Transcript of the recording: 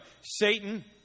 satan